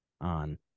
on